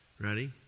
Ready